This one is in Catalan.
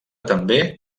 també